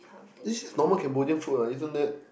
this is normal Cambodian food what isn't that